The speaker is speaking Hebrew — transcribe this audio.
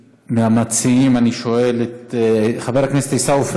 מהמציעים אני שואל את חבר הכנסת עיסאווי